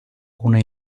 una